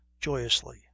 joyously